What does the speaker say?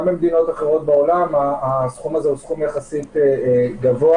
גם במדינות אחרות בעולם הסכום הזה הוא יחסית גבוה,